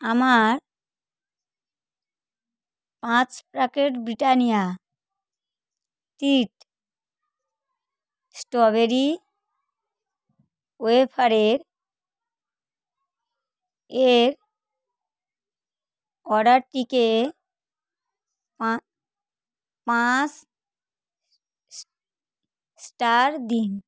আমার পাঁচ packet Britannia street strawberry ওয়েফারের এর অর্ডারটিকে পাঁ পাঁচ সা স্টার দিন